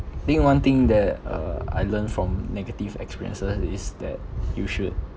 think one thing that uh I learned from negative experiences is that you should